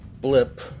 blip